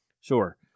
sure